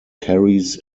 carries